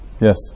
Yes